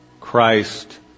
Christ